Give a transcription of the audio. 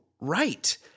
right